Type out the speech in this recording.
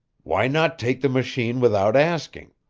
why not take the machine without asking?